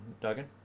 Duggan